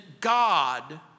God